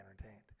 entertained